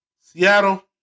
Seattle